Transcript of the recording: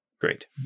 Great